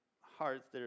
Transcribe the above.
hearts